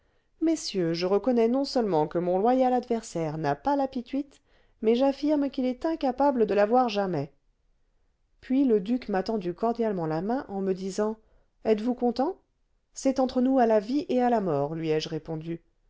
messieurs je reconnais non-seulement que mon loyal adversaire n'a pas la pituite mais j'affirme qu'il est incapable de l'avoir jamais puis le duc m'a tendu cordialement la main en me disant êtes-vous content c'est entre nous à la vie et à la mort lui ai-je répondu